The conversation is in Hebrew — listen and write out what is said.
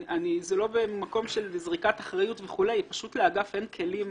זה לא במקום של זריקת אחריות וכולי אלא פשוט לאגף אין כלים